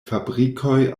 fabrikoj